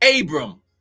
Abram